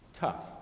tough